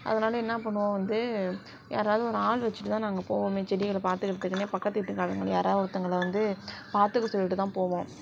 அதனால் என்ன பண்ணுவோம் வந்து யாராவது ஒரு ஆள் வச்சிட்டுதான் நாங்கள் போவோமே செடிகளை பார்த்துக்குறதுக்குனே பக்கத்து வீட்டுகாரங்கள யாராவது ஒருத்தங்கள வந்து பார்த்துக்க சொல்லிட்டுதான் போவோம்